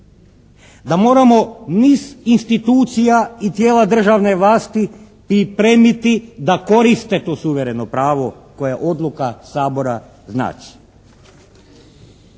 da moramo niz institucija i tijela državne vlasti pripremiti da koriste to suvereno pravo koje odluka Sabora znači.